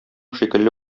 шикелле